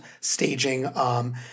staging